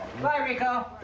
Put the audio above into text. bye ricco,